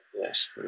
Yes